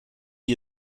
die